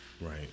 Right